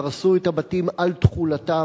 הרסו את הבתים על תכולתם,